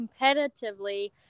competitively